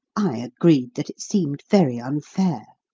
i agreed that it seemed very unfair.